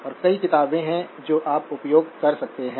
और कई किताबें हैं जो आप उपयोग कर सकते हैं